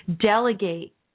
delegate